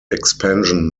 expansion